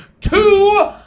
two